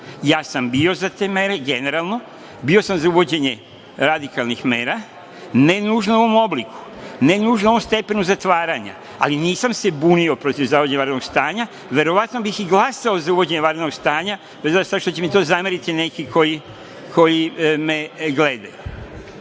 Ja sam bio za te mere, generalno. Bio sam za uvođenje radikalnih mera, ne nužno u ovom obliku, ne nužno u ovom stepenu zatvaranja, ali se nisam bunio protiv uvođenja vanrednog stanja. Verovatno bih i glasao za uvođenje vanrednog stanja, iako će mi zameriti neki koji me gledaju,